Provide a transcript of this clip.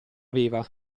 aveva